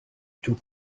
taux